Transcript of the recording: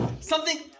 Something-